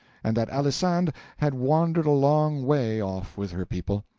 and that alisande had wandered a long way off with her people.